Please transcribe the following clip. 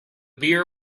beer